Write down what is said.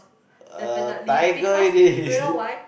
uh tiger it is